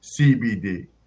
CBD